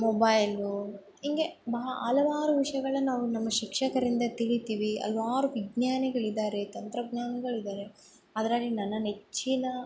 ಮೊಬೈಲೂ ಹಿಂಗೆ ಬಾ ಹಲವಾರು ವಿಷಯಗಳನ್ನು ನಾವು ನಮ್ಮ ಶಿಕ್ಷಕರಿಂದ ತಿಳಿತಿವಿ ಹಲ್ವಾರು ವಿಜ್ಞಾನಿಗಳಿದಾರೆ ತಂತ್ರಜ್ಞಾನಿಗಳಿದಾರೆ ಅದರಲ್ಲಿ ನನ್ನ ನೆಚ್ಚಿನ